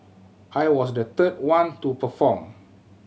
I was the third one to perform